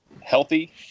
healthy